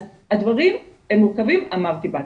אז הדברים מורכבים, אמרתי בהתחלה.